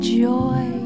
joy